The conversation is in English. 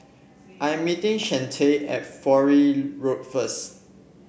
I'm meeting Shante at Fowlie Road first